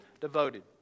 devoted